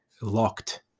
locked